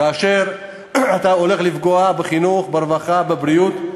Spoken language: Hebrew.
כאשר אתה הולך לפגוע בחינוך, ברווחה, בבריאות,